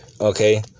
Okay